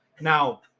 Now